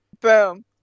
Boom